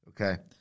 Okay